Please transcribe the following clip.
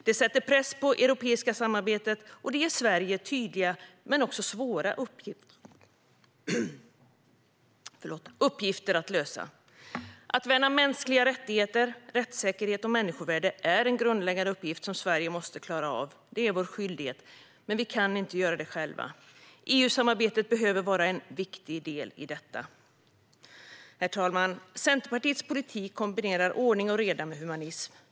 Det sätter press på det europeiska samarbetet, och det ger Sverige tydliga men svåra uppgifter att lösa. Att värna mänskliga rättigheter, rättssäkerhet och människovärde är en grundläggande uppgift som Sverige måste klara av. Det är vår skyldighet. Men vi kan inte göra det själva. EU-samarbetet behöver vara en viktig del i detta. Herr talman! Centerpartiets politik kombinerar ordning och reda med humanism.